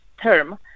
term